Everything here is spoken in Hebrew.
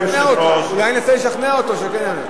אולי ננסה לשכנע אותו שכן,